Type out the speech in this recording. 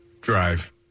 Drive